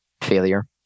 failure